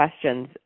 questions